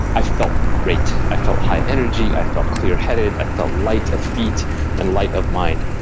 i felt great i felt high energy, i felt clear headed, i felt light of feet and light of mind.